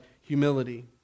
humility